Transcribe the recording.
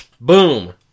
boom